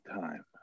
time